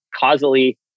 causally